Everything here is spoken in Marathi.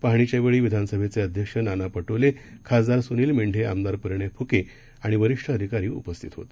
पाहणीच्यावेळीविधानसभेचेअध्यक्षनानापटोले खासदारसुनिलमेंढे आमदारपरिणयफुके आणिवरिष्ठअधिकारीउपस्थितहोते